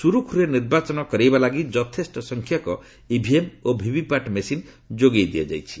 ସୁରୁଖୁରୁରେ ନିର୍ବାଚନ କରିବା ଲାଗି ଯଥେଷ୍ଟ ସଂଖ୍ୟକ ଇଭିଏମ୍ ଓ ଭିଭିପାଟ୍ ମେସିନ୍ ଯୋଗାଇ ଦିଆଯାଇଛି